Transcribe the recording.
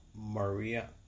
Maria